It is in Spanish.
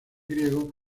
griegos